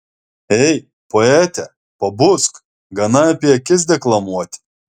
ei poete pabusk gana apie akis deklamuoti